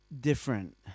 different